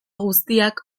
guztiak